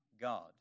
God